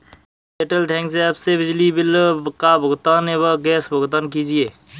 Airtel thanks app से बिजली bill का भुगतान व गैस भुगतान कीजिए